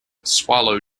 swallow